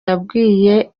yabwiye